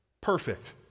perfect